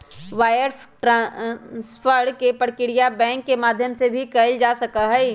wire transfer के प्रक्रिया bank के माध्यम से ही कइल जा सका हई